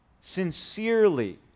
sincerely